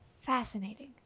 Fascinating